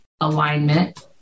alignment